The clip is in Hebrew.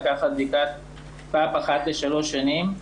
לקחת בדיקת פאפ אחת לשלוש שנים.